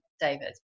David